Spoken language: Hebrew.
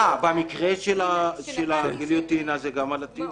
אה, במקרה של הגיליוטינה זה גם על התיוג?